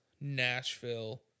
Nashville